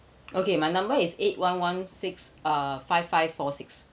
okay my number is eight one one six uh five five four six